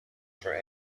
for